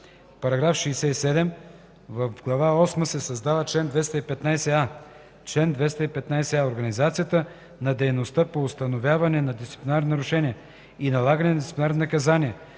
§ 67. В Глава осма се създава чл. 215а: „Чл. 215а. Организацията на дейността по установяване на дисциплинарни нарушения и налагане на дисциплинарни наказания,